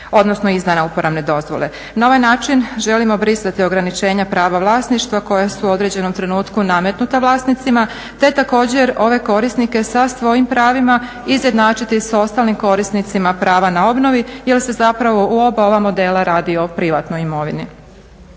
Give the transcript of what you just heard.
odnosno izdavanjem uporabne dozvole. Na ovaj način želimo brisati ograničenja prava vlasništva koja su u određenom trenutku nametnuta vlasnicima, te također ove korisnike sa svojim pravima izjednačiti sa ostalim korisnicima prava na obnovi jel se zapravo u oba ova modela radi o privatnoj imovini.